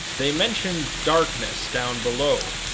they mention darkness down below,